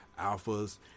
alphas